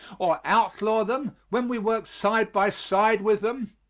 or outlaw them, when we work side by side with them?